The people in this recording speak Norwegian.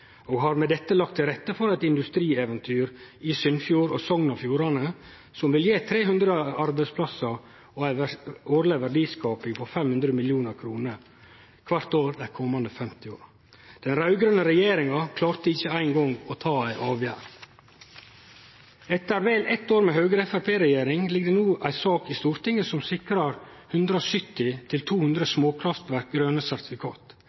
og har med dette lagt til rette for eit industrieventyr i Sunnfjord og Sogn og Fjordane som vil gje 300 arbeidsplassar og ei verdiskaping på 500 mill. kr kvart år dei komande 50 åra. Den raud-grøne regjeringa klarte ikkje eingong å ta ei avgjerd. Etter vel eitt år med Høgre–Framstegsparti-regjering ligg det no ei sak i Stortinget som sikrar